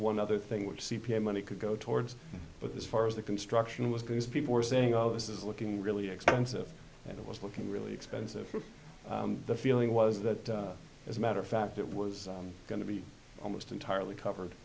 one other thing which c p a money could go towards but as far as the construction was goes people were saying oh this is looking really expensive and it was looking really expensive the feeling was that as a matter of fact it was going to be almost entirely covered